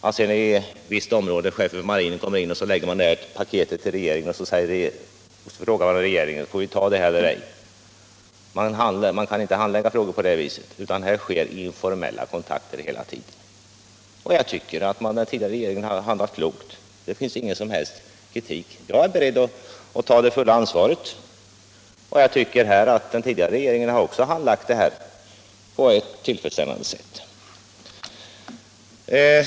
Det går inte till så, att chefen för marinen kommer in och förelägger regeringen ett paket, varefter regeringen frågar: Får vi ta det här eller ej? Man kan inte handlägga frågor på det viset, utan informella kontakter sker hela tiden. Jag tycker att den tidigare regeringen har handlagt frågan på ett tillfredsställande sätt, och jag har ingen som helst kritik att framföra. Jag är också beredd att ta det fulla ansvaret.